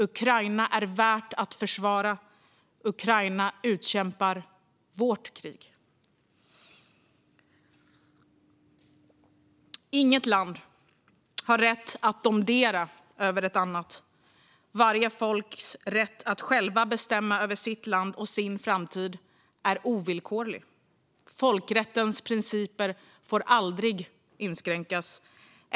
Ukraina är värt att försvara. Ukraina utkämpar vårt krig. Inget land har rätt att domdera över ett annat. Varje folks rätt att själva bestämma över sitt land och sin framtid är ovillkorlig. Folkrättens principer får aldrig inskränkas.